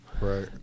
Right